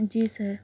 جی سر